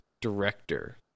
director